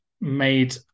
made